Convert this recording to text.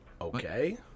Okay